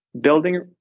building